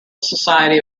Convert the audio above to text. society